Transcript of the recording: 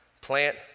Plant